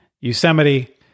Yosemite